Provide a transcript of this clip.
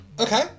Okay